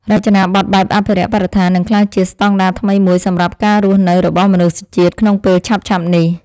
រចនាប័ទ្មបែបអភិរក្សបរិស្ថាននឹងក្លាយជាស្តង់ដារថ្មីមួយសម្រាប់ការរស់នៅរបស់មនុស្សជាតិក្នុងពេលឆាប់ៗនេះ។